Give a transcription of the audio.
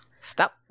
Stop